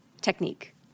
technique